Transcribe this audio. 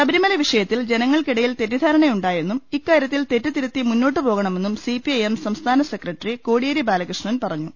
ശബരിമലവിഷയത്തിൽ ജനങ്ങൾക്കിടയിൽ തെറ്റിദ്ധാരണയു ണ്ടായെന്നും ഇക്കാര്യത്തിൽ തെറ്റുതിരുത്തി മുന്നോട്ട് പോകു മെന്നും സിപിഐഎം സംസ്ഥാന സെക്രട്ടറി കോടിയേരി ബാല കൃഷ്ണൻ പറഞ്ഞു